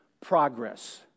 progress